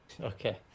Okay